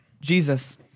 Jesus